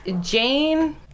Jane